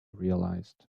realized